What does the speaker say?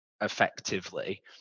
effectively